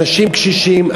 אנשים קשישים,